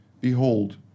behold